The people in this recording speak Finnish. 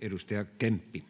Edustaja Kemppi.